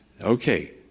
Okay